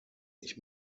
ich